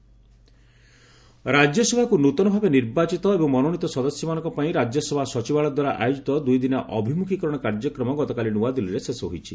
Rajya Sabha programme ରାଜ୍ୟସଭାକୁ ନୂତନ ଭାବେ ନିର୍ବାଚିତ ଏବଂ ମନୋନୀତ ସଦସ୍ୟମାନଙ୍କ ପାଇଁ ରାଜ୍ୟସଭା ସଚିବାଳୟ ଦ୍ୱାରା ଆୟୋଜିତ ଦୁଇଦିନିଆ ଅଭିମୁଖୀକରଣ କାର୍ଯ୍ୟକ୍ରମ ଗତକାଲି ନୂଆଦିଲ୍ଲୀରେ ଶେଷ ହୋଇଛି